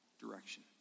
direction